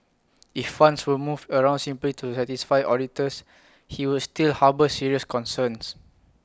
if funds were moved around simply to satisfy auditors he would still harbour serious concerns